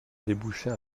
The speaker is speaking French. débouchait